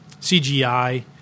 CGI